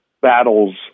battles